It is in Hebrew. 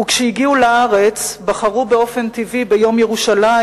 וכשהגיעו לארץ בחרו באופן טבעי ביום ירושלים